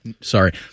sorry